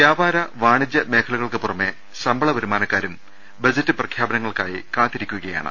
വ്യാപാര വാണിജൃ മേഖലകൾക്ക് പുറമെ ശമ്പള വരുമാനക്കാരും ബജറ്റ് പ്രഖ്യാപനങ്ങൾക്കായി കാത്തിരിക്കുകയാണ്